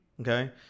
Okay